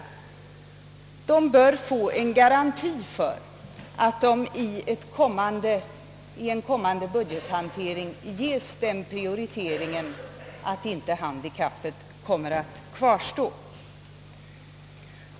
De bör få en garanti för att de vid en kommande budgetbehandling ges en sådan prioritering att deras handikapp inte kvarstår.